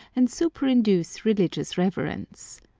and superinduce religious reverence.